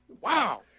Wow